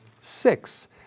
six